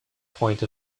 point